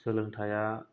सोलोंथाइया